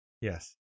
Yes